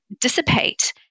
dissipate